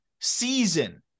season